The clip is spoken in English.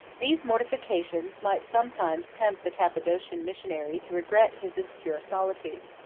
these mortifications might sometimes tempt the cappadocian missionary to regret his obscure solitude.